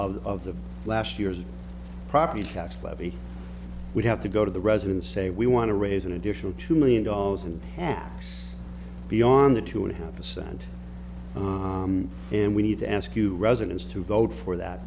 of the last year's property tax levy would have to go to the residents say we want to raise an additional two million dollars and asks beyond the two and a half percent and we need to ask you residents to vote for that